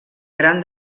gran